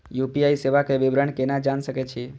UPI सेवा के विवरण केना जान सके छी?